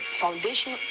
foundation